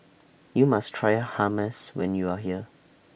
YOU must Try Hummus when YOU Are here